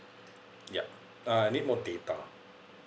yup I need more data